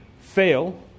fail